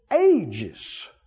ages